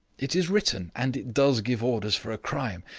it is written, and it does give orders for a crime.